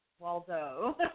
Waldo